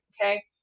okay